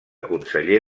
conseller